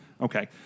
Okay